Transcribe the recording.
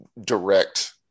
direct